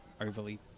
overly